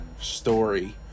story